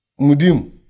Mudim